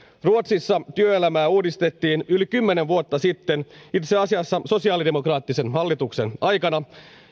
ruotsissa työelämää uudistettiin yli kymmenen vuotta sitten itse asiassa sosiaalidemokraattisen hallituksen aikana